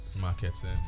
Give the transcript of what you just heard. marketing